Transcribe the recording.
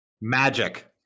Magic